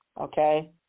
okay